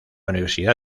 universidad